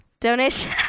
Donation